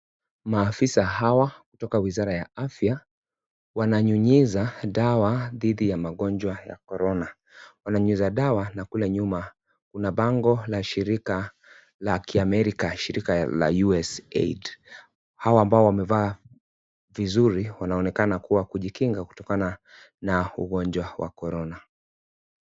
Maafisa Hawa kutoka wizara ya afya wananyunyiza dawa dhidi ya magonjwa ya korona. Wananyunyiza dawa na kule nyuma kuna bango la shirika la kiamerika la shirika la USAID. Hawa ambao wamevaa vizuri wanaonekana kuwa kujikinga kutokana na ugonjwa wa korona.